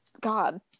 God